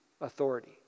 authority